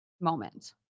moment